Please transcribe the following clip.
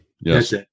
Yes